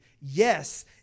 Yes